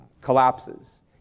collapses